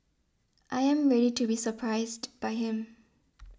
I am ready to be surprised by him